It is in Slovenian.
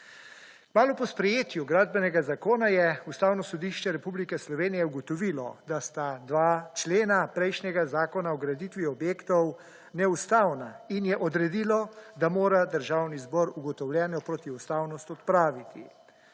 Malo po sprejetju gradbenega zakona je Ustavno sodišče Republike Slovenije ugotovilo, da sta dva člena prejšnjega zakona o graditvi objektov neustavna in je odredilo, da mora Državni zbor ugotovljeno protiustavnost odpraviti.